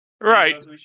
Right